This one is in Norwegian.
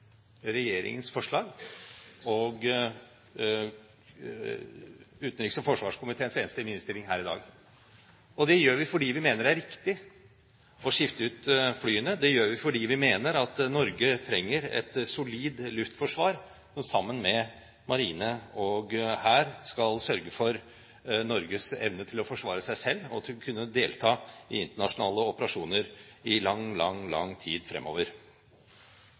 regjeringens forslag og utenriks- og forsvarskomiteens enstemmige innstilling her i dag. Det gjør vi fordi vi mener det er riktig å skifte ut flyene. Det gjør vi fordi vi mener at Norge trenger et solid luftforsvar som sammen med marine og hær skal sørge for Norges evne til å forsvare seg selv, og som skal kunne delta i internasjonale operasjoner i lang, lang tid fremover.